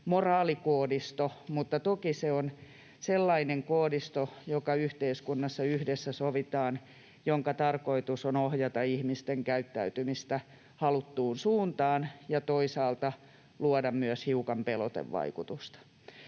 moraalikoodisto, mutta toki se on sellainen koodisto, joka yhteiskunnassa yhdessä sovitaan, jonka tarkoitus on ohjata ihmisten käyttäytymistä haluttuun suuntaan ja toisaalta luoda myös hiukan pelotevaikutusta.